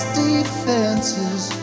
defenses